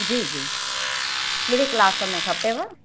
जी जी कहिड़े क्लास में खपेव